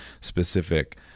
specific